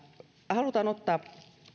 halutaan ottaa